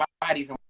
bodies